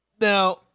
now